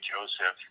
Joseph